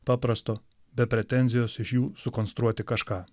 paprasto be pretenzijos iš jų sukonstruoti kažką